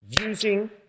Using